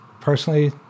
personally